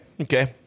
Okay